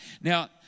Now